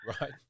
Right